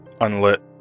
unlit